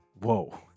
Whoa